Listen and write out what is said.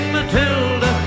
Matilda